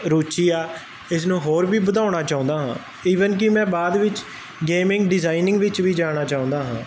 ਰੁਚੀ ਆ ਇਸਨੂੰ ਹੋਰ ਵੀ ਵਧਾਉਣਾ ਚਾਹੁੰਦਾ ਹਾਂ ਈਵਨ ਕਿ ਮੈਂ ਬਾਅਦ ਵਿੱਚ ਗੇਮਿੰਗ ਡਿਜ਼ਾਇਨਿੰਗ ਵਿੱਚ ਵੀ ਜਾਣਾ ਚਾਹੁੰਦਾ ਹਾਂ